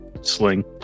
sling